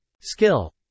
Skill